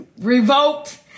Revoked